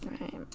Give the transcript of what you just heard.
Right